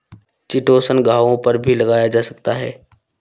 chitosan घावों पर भी लगाया जा सकता है